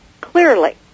clearly